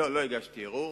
לא, לא הגשתי ערעור,